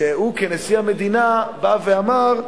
שהוא, כנשיא המדינה, בא ואמר: